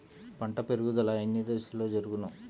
పంట పెరుగుదల ఎన్ని దశలలో జరుగును?